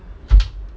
ya